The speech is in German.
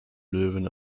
löwen